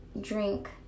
drink